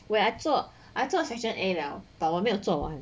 wait I 做 I 做 section A 了 but 没有做完